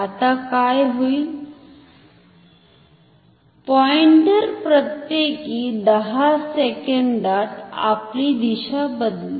आता काय होईल पॉइंटर प्रत्येकी 10 सेकंदात आपली दिशा बदलेल